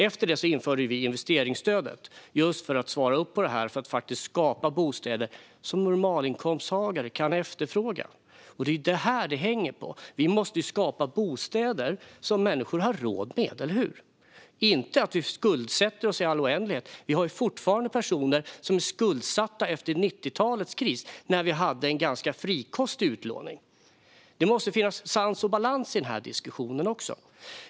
Efter detta införde vi investeringsstödet, just för att svara på detta och faktiskt skapa bostäder som normalinkomsttagare kan efterfråga. Det är detta det hänger på. Vi måste skapa bostäder som människor har råd med, eller hur? Vi ska inte skuldsätta oss i all oändlighet. Det finns fortfarande personer som är skuldsatta efter 90-talets kris, då vi hade en ganska frikostig utlåning. Det måste finnas sans och balans i den här diskussionen också.